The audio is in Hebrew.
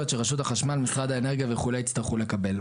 שרשות החשמל ומשרד האנרגיה וכו' יצטרכו לקבל.